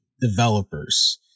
developers